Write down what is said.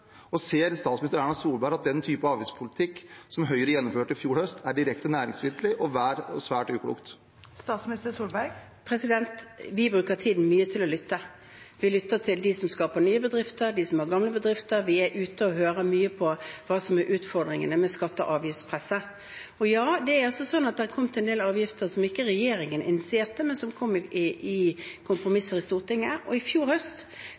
Og ser hun at den typen avgiftspolitikk som Høyre gjennomførte i fjor høst, er direkte næringsfiendtlig og svært uklok? Vi bruker tiden mye til å lytte. Vi lytter til dem som skaper nye bedrifter, til dem som har gamle bedrifter, og vi er ute og hører mye på hva som er utfordringene med skatte- og avgiftspresset. Og ja, det har kommet en del avgifter som ikke regjeringen initierte, men som kom i kompromisser i Stortinget. I fjor høst